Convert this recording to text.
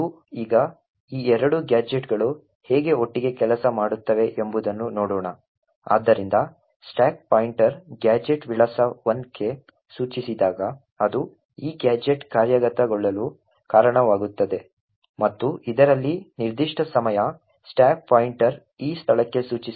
ಈಗ ಈ ಎರಡು ಗ್ಯಾಜೆಟ್ಗಳು ಹೇಗೆ ಒಟ್ಟಿಗೆ ಕೆಲಸ ಮಾಡುತ್ತವೆ ಎಂಬುದನ್ನು ನೋಡೋಣ ಆದ್ದರಿಂದ ಸ್ಟಾಕ್ ಪಾಯಿಂಟರ್ ಗ್ಯಾಜೆಟ್ ವಿಳಾಸ 1 ಕ್ಕೆ ಸೂಚಿಸಿದಾಗ ಅದು ಈ ಗ್ಯಾಜೆಟ್ ಕಾರ್ಯಗತಗೊಳ್ಳಲು ಕಾರಣವಾಗುತ್ತದೆ ಮತ್ತು ಇದರಲ್ಲಿ ನಿರ್ದಿಷ್ಟ ಸಮಯ ಸ್ಟಾಕ್ ಪಾಯಿಂಟರ್ ಈ ಸ್ಥಳಕ್ಕೆ ಸೂಚಿಸುತ್ತಿದೆ